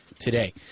today